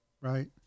right